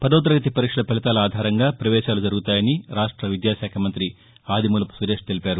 పదవతరగతి పరీక్షల ఫలితాల ఆధారంగా ప్రవేశాలు జరుగుతాయని రాష్ట విద్యాకాఖ మంతి ఆదిమూలపు సురేష్ తెలిపారు